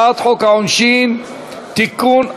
הצעת חוק העונשין (תיקון,